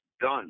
done